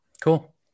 Cool